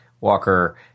Walker